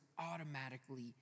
automatically